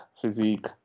physique